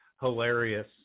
hilarious